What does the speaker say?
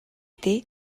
дээ